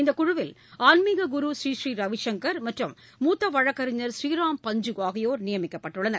இந்த குழுவில் ஆன்மீக குரு ஸ்ரீ ஸ்ரீ ரவிசங்கர் மற்றும் மூத்த வழக்கறிஞர் ஸ்ரீராம் பஞ்க நியமிக்கப்பட்டுள்ளனர்